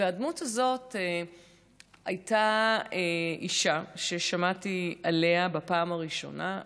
והדמות הזאת הייתה אישה ששמעתי עליה בפעם הראשונה,